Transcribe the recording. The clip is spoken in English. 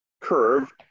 curve